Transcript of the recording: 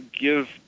give